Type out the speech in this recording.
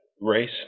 race